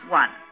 one